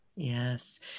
Yes